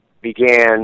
began